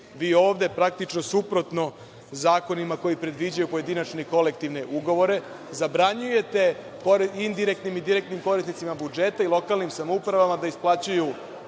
Vi ovde praktično suprotno zakonima koji predviđaju pojedinačne i kolektivne ugovore zabranjujete indirektnim i direktnim korisnicima budžeta i lokalnim samoupravama da isplaćuju